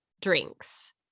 drinks